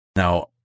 Now